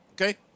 okay